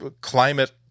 climate